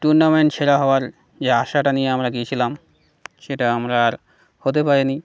tournament সেরা হওয়ার যে আশাটা নিয়ে আমরা গিয়েছিলাম সেটা আমরা আর হতে পারিনি